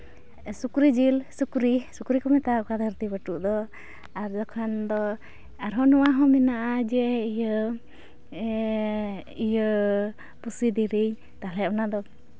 ᱥᱩᱠᱨᱤ ᱡᱤᱞ ᱥᱩᱠᱨᱤ ᱥᱩᱠᱨᱤ ᱠᱚ ᱢᱮᱛᱟᱣᱟᱠᱚᱣᱟ ᱫᱷᱟᱹᱨᱛᱤ ᱯᱟᱹᱴᱩᱵ ᱟᱫᱚ ᱟᱨ ᱡᱚᱠᱷᱚᱱ ᱫᱚ ᱟᱨᱦᱚᱸ ᱱᱚᱣᱟ ᱦᱚᱸ ᱢᱮᱱᱟᱜᱼᱟ ᱡᱮ ᱤᱭᱟᱹ ᱤᱭᱟᱹ ᱯᱩᱥᱤ ᱫᱤᱨᱤᱧ ᱛᱟᱦᱚᱞᱮ ᱚᱱᱟ ᱫᱚ